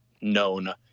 known